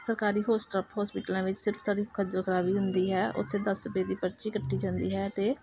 ਸਰਕਾਰੀ ਹੋਸਟਪ ਹੋਸਪਿਟਲਾਂ ਵਿੱਚ ਸਿਰਫ ਤੁਹਾਡੀ ਖੱਜਲ ਖਰਾਬ ਹੀ ਹੁੰਦੀ ਹੈ ਉੱਥੇ ਦਸ ਰੁਪਏ ਦੀ ਪਰਚੀ ਕੱਟੀ ਜਾਂਦੀ ਹੈ ਅਤੇ